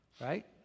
right